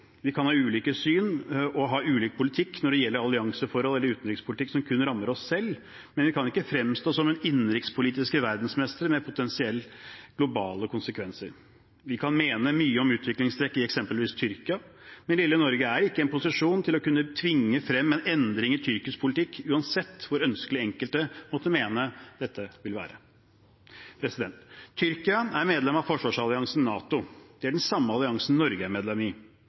Vi kan ha ulike syn og ha ulik politikk når det gjelder allianseforhold eller utenrikspolitikk som kun rammer oss selv, men vi kan ikke fremstå som en innenrikspolitisk verdensmester med potensielt globale konsekvenser. Vi kan mene mye om utviklingstrekk i eksempelvis Tyrkia, men lille Norge er ikke i en posisjon til å kunne tvinge frem en endring i tyrkisk politikk, uansett hvor ønskelig enkelte måtte mene dette vil være. Tyrkia er medlem av forsvarsalliansen NATO. Det er den samme alliansen Norge er medlem av. Tyrkia er det eneste muslimske landet i